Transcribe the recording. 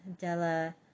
Della